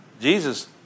Jesus